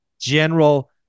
general